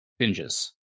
binges